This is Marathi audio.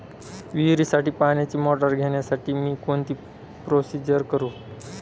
विहिरीसाठी पाण्याची मोटर घेण्यासाठी मी कोणती प्रोसिजर करु?